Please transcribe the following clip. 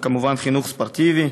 וכמובן חינוך ספורטיבי.